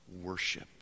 worship